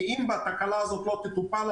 כי אם התקלה הזאת לא תטופל,